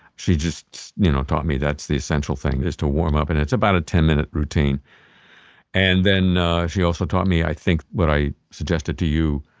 she just you know taught me that's the essential thing is to warm up and it's about a ten minute routine and then she also taught me, i think what i suggested to you,